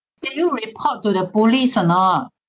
did you report to the police or not